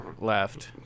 left